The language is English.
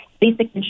basic